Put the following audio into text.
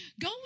go